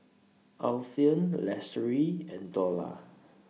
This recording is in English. Alfian Lestari and Dollah